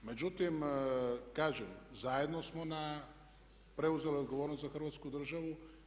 Međutim, kažem zajedno smo preuzeli odgovornost za Hrvatsku državu.